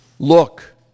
Look